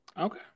Okay